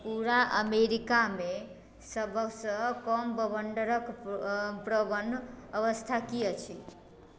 पूरा अमेरिकामे सबसँ कम बवंडरक प्रवण अवस्था की अछि